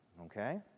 Okay